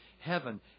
heaven